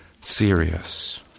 serious